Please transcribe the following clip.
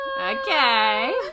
Okay